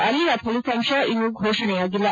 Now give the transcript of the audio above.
ಅಲ್ಲಿಯ ಫಲಿತಾಂಶ ಇನ್ನು ಘೋಷಣೆಯಾಗಿಲ್ಲ